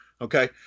Okay